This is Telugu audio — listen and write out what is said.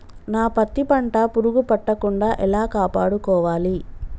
నా పత్తి పంట పురుగు పట్టకుండా ఎలా కాపాడుకోవాలి?